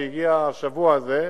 והגיע השבוע הזה,